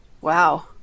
Wow